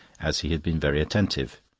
as he had been very attentive.